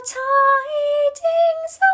tidings